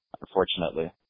unfortunately